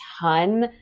ton